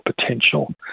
potential